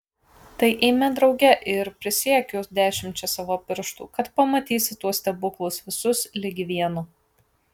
tai eime drauge ir prisiekiu dešimčia savo pirštų kad pamatysi tuos stebuklus visus ligi vieno